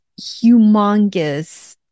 humongous